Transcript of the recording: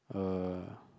uh